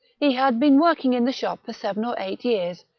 he had been working in the shop for seven or eight years,